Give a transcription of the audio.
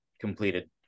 completed